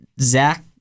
Zach